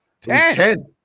Ten